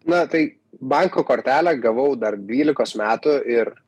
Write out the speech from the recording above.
na tai banko kortelę gavau dar dvylikos metų ir